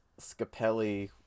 scapelli